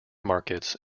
markets